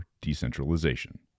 decentralization